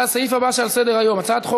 לסעיף הבא שעל סדר-היום: הצעת חוק